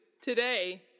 today